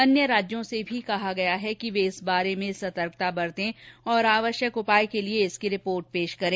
अन्य राज्यों से भी कहा गया है कि वे इस बारे में सतर्कता बरतें और आवश्यक उपाय के लिए इसकी रिपोर्ट पेश करें